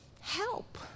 Help